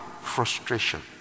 Frustration